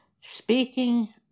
speaking